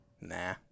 Nah